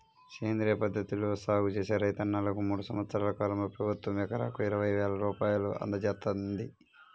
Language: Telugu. సేంద్రియ పద్ధతిలో సాగు చేసే రైతన్నలకు మూడు సంవత్సరాల కాలంలో ప్రభుత్వం ఎకరాకు ఇరవై వేల రూపాయలు అందజేత్తంది